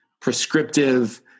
prescriptive